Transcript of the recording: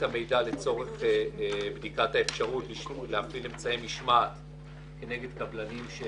במידע לצורך בדיקת האפשרות להפעיל אמצעי משמעת כנגד קבלנים.